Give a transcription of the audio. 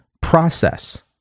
process